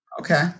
Okay